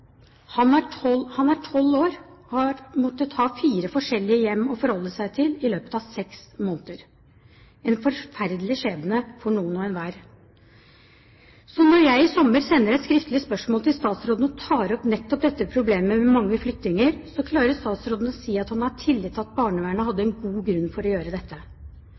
Han er 12 år og har hatt fire forskjellige hjem å forholde seg til i løpet av seks måneder – en forferdelig skjebne for noen hver. Og da jeg i sommer sendte et skriftlig spørsmål til statsråden og tok opp nettopp dette problemet med mange flyttinger, klarte statsråden å si at han har tillit til at barnevernet hadde en god grunn for å gjøre dette.